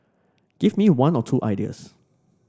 give me one or two ideas